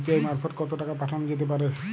UPI মারফত কত টাকা পাঠানো যেতে পারে?